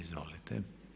Izvolite.